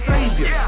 Savior